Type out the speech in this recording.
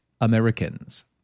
Americans